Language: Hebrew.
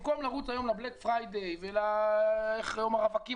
במקום לרוץ היום ל- Black Friday וליום הרווקים